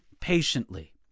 patiently